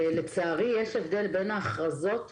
לצערי יש הבדל בין ההכרזות,